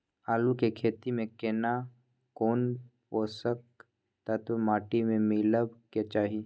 आलू के खेती में केना कोन पोषक तत्व माटी में मिलब के चाही?